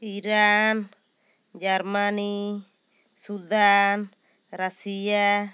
Iran Germany Sudan Russia